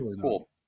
cool